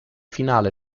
finale